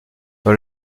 dans